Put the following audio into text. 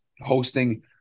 hosting